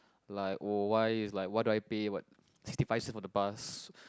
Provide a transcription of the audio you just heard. like oh why is like why do I pay what sixty five cents for the bus